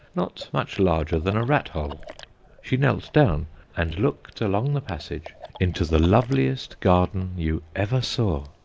not much larger than a rat-hole she knelt down and looked along the passage into the loveliest garden you ever saw.